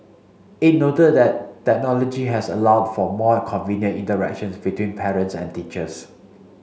it noted that technology has allowed for more convenient interactions between parents and teachers